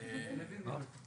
יש אמנה מוסדרת למניעת עישון,